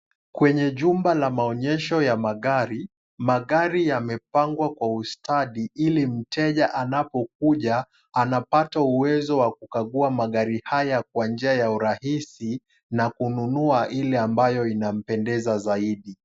Kwenye jumba la maonyesho ya magari, magari yamepangwa kwa ustandi, ili mteja anapokuja, anapata uwezo wa kukagua magari haya kwa njia ya urahisi, na kununua ile ambayo inampendeza zaidi.